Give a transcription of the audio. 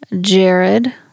Jared